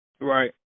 Right